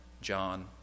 John